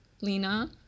Lena